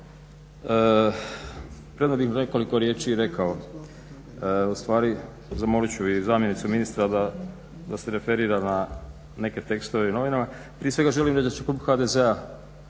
premda bih nekoliko riječi rekao, u stvari zamolit ću i zamjenicu ministra da se referira na neke tekstove u novinama. Prije svega želim reći da će klub HDZ-a